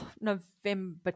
November